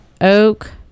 oak